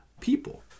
people